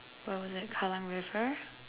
or was it Kallang river